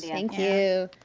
thank you,